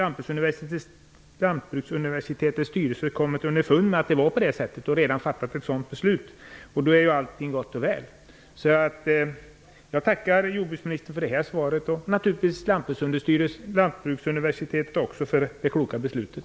Nu har Lantbruksuniversitetets styrelse kommit underfund med detta och redan fattat ett beslut. Då är allt gott och väl. Jag tackar jordbruksministern för svaret och naturligtvis Lantbruksuniversitetets styrelse för det kloka beslutet.